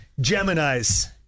Gemini's